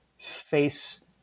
face